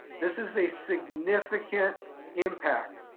this is a significant impact,